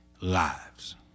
lives